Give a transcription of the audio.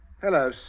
hello